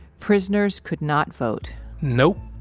prisoners could not vote nope,